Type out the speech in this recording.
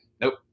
nope